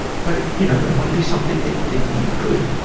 but, you know, it might be something that, that you could,